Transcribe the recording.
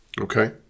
Okay